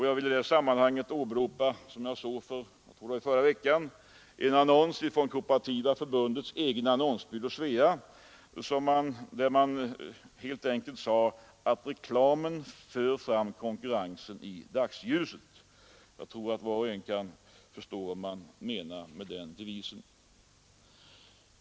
Jag vill i det sammanhanget åberopa en annons, som publicerades förra veckan av Kooperativa förbundets egen annonsbyrå Svea, där man helt enkelt sade att reklamen för fram konkurrensen i dagsljuset. Jag tror att var och en förstår vad som menas med den devisen.